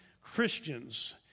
Christians